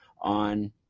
on